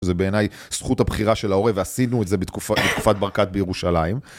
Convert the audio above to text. זה בעיניי זכות הבחירה של העורב ועשינו את זה בתקופת ברקת בירושלים.